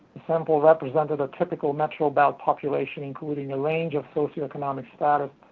the sample represented the typical metro-belt population, including a range of socioeconomic status,